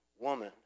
woman